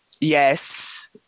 yes